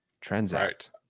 transact